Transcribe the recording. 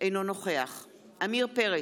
אינו נוכח עמיר פרץ,